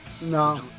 No